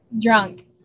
drunk